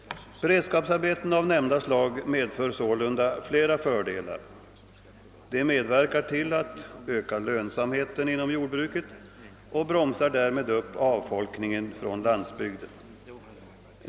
Beredskapsarbeten av nämnda slag medför flera fördelar. De medverkar till att öka lönsamheten inom jordbruket och bromsar därmed upp avfolkningen på landsbygden.